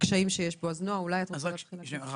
עוד מילה.